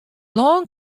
lân